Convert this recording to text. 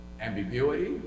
ambiguity